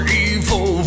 evil